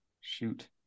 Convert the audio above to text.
Shoot